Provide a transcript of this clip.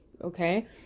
Okay